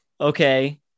okay